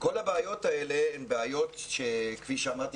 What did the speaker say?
כל הבעיות האלה הן בעיות שכפי שאמרתי